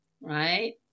right